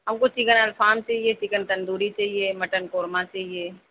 ہم کو چکن الفام چاہیے چکن تندوری چاہیے مٹن قورما چاہیے